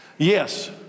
Yes